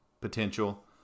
potential